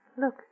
Look